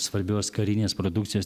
svarbios karinės produkcijos